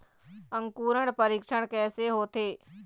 अंकुरण परीक्षण कैसे होथे?